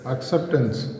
Acceptance